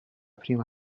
prima